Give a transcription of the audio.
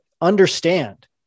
understand